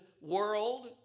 world